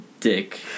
dick